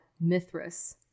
Mithras